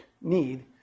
need